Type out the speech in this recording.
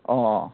অঁ অঁ